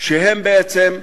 שהם בעצם,